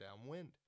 downwind